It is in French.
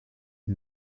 une